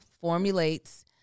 formulates